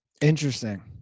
Interesting